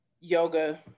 yoga